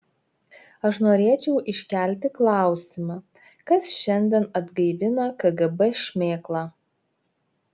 aš norėčiau iškelti klausimą kas šiandien atgaivina kgb šmėklą